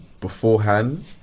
beforehand